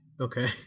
Okay